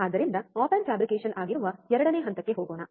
ಆದ್ದರಿಂದ op amp fabrication ಆಗಿರುವ ಎರಡನೇ ಹಂತಕ್ಕೆ ಹೋಗೋಣ